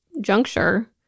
juncture